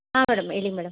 ಹಾಂ ಮೇಡಮ್ ಹೇಳಿ ಮೇಡಮ್